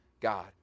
God